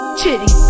chitty